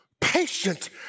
patient